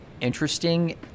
interesting